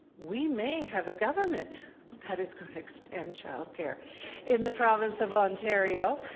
we may have a government that is going to expand child care in the province of ontario.